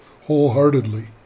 wholeheartedly